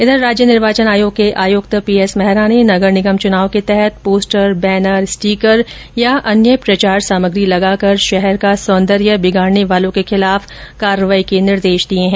इधर राज्य निर्वाचन आयोग के आयुक्त पीएस मेहरा ने नगर निगम चुनाव के तहत पोस्टर बैनर स्टीकर या अन्य प्रचार सामग्री लगाकर शहर का सौंदर्य बिगाड़ने वालों के खिलाफ कार्यवाही करने के निर्देश दिये हैं